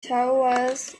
towards